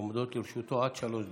ועומדות לרשותו עד שלוש דקות.